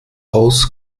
aus